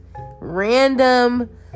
random